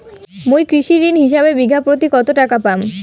মুই কৃষি ঋণ হিসাবে বিঘা প্রতি কতো টাকা পাম?